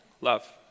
love